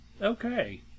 Okay